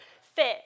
fit